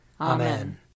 Amen